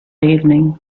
evening